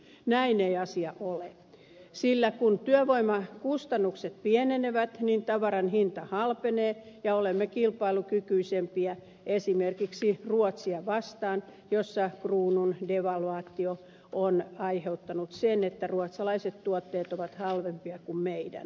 näin ei asia ole sillä kun työvoimakustannukset pienenevät niin tavaran hinta halpenee ja olemme kilpailukykyisempiä esimerkiksi ruotsia vastaan missä kruunun devalvaatio on aiheuttanut sen että ruotsalaiset tuotteet ovat halvempia kuin meidän